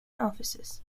offices